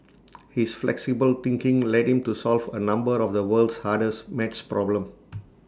his flexible thinking led him to solve A number of the world's hardest math problems